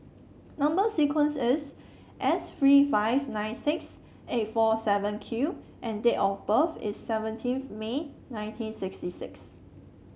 number sequence is S three five nine six eight four seven Q and date of birth is seventeenth May nineteen sixty six